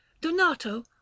DONATO